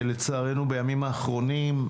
לצערנו בימים האחרונים,